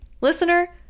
Listener